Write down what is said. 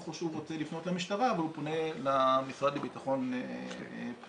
הוא רוצה לפנות למשטרה והוא פונה למשרד לבטחון פנים.